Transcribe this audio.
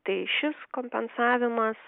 tai šis kompensavimas